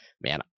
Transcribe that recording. man